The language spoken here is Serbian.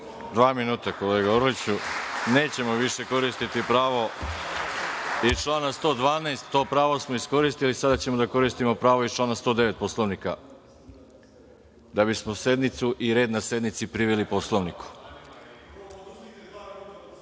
Dva minuta, gospodine Orliću. Nećemo više koristiti pravo iz člana 112. To pravo smo iskoristili. Sada ćemo da koristimo pravo iz člana 109. Poslovnika da bismo sednicu i red na sednici priveli Poslovniku. Da